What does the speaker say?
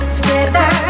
Together